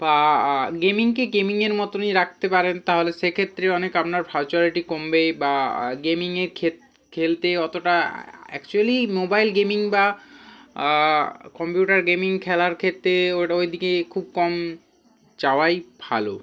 বা গেমিংকে গেমিংয়ের মতোনই রাখতে পারেন তাহলে সেক্ষত্রে অনেক আপনার ভার্চুয়ালিটি কমবে বা গেমিংয়ে খেলতে অতোটা একচুয়েলি মোবাইল গেমিং বা কম্পিউটার গেমিং খেলার ক্ষেত্রে ওর ওই দিকে খুব কম যাওয়াই ভালো